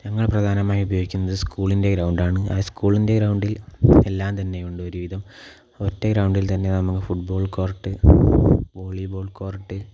ഞങ്ങൾ പ്രധാനമായി ഉപയോഗിക്കുന്നത് സ്കൂളിൻ്റെ ഗ്രൗണ്ട് ആണ് ആ സ്കൂളിൻ്റെ ഗ്രൗണ്ടിൽ എല്ലാം തന്നെ ഉണ്ട് ഒരുവിധം ഒറ്റ ഗ്രൗണ്ടിൽ തന്നെ നമുക്ക് ഫുട്ബോൾ കോർട്ട് വോളീബോൾ കോർട്ട്